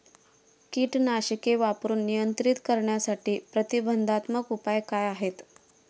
कीटकनाशके वापरून नियंत्रित करण्यासाठी प्रतिबंधात्मक उपाय काय आहेत?